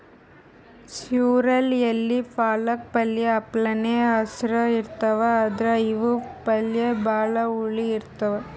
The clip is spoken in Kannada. ಸೊರ್ರೆಲ್ ಎಲಿ ಪಾಲಕ್ ಪಲ್ಯ ಅಪ್ಲೆನೇ ಹಸ್ರ್ ಇರ್ತವ್ ಆದ್ರ್ ಇವ್ ಪಲ್ಯ ಭಾಳ್ ಹುಳಿ ಇರ್ತವ್